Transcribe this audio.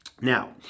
Now